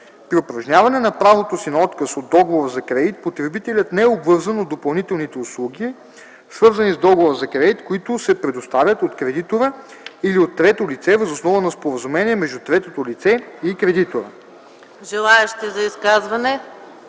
При упражняване на правото си на отказ от договора за кредит потребителят не е обвързан от допълнителните услуги, свързани с договора за кредит, които се предоставят от кредитора или от трето лице въз основа на споразумение между третото лице и кредитора.”